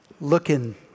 looking